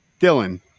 Dylan